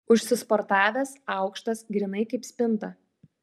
užsisportavęs aukštas grynai kaip spinta